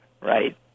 right